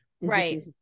Right